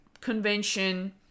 convention